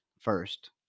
first